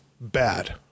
bad